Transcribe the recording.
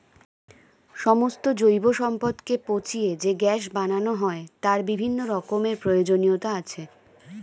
সমস্ত জৈব সম্পদকে পচিয়ে যে গ্যাস বানানো হয় তার বিভিন্ন রকমের প্রয়োজনীয়তা আছে